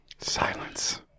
Silence